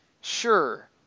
Sure